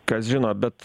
kas žino bet